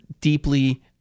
deeply